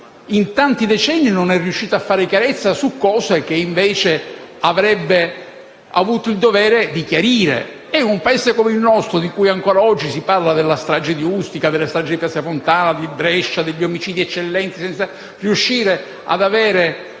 in tanti decenni non è riuscito a fare chiarezza su fatti che invece avrebbe avuto il dovere di chiarire. Un Paese, il nostro, di cui ancora oggi si parla - della strage di Ustica, di piazza Fontana, di Brescia, degli omicidi eccellenti - senza riuscire ad avere